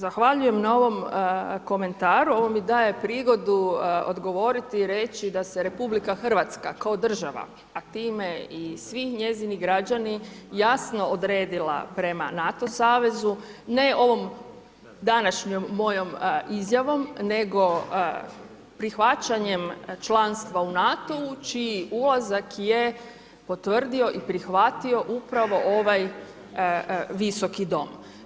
Zahvaljujem na ovom komentaru, ovo mi daje prigodu odgovoriti i reći da se RH kao država, a time i svi njezini građani jasno odredila prema NATO savezu, ne ovom današnjom mojom izjavom nego prihvaćanjem članstva u NATO-u čiji ulazak je potvrdio i prihvatio upravo ovaj Visoki dom.